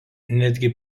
netgi